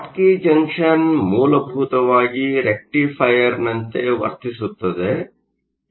Schottky junction ಮೂಲಭೂತವಾಗಿ ರೆಕ್ಟಿಫೈಯರ್ನಂತೆ ವರ್ತಿಸುತ್ತದೆ ಎಂದು ನಾವು ನೋಡಿದ್ದೇವೆ